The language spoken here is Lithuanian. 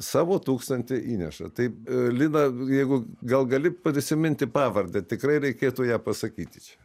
savo tūkstantį įneša tai lina jeigu gal gali prisiminti pavardę tikrai reikėtų ją pasakyti čia